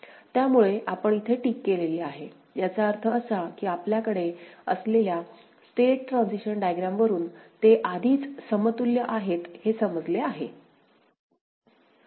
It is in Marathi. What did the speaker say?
त्यामुळे आपण इथे टिक केलेली आहे याचा अर्थ असा की आपल्याकडे असलेल्या स्टेट ट्रान्झिशन डायग्राम वरून ते आधीच समतुल्य आहेत हे समजले आहे